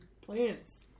plants